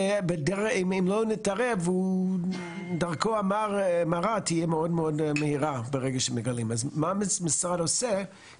זה נכון מה שאמר יעקב כהן מעיריית נהריה שאכן אנחנו ממש בפריצת